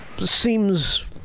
seems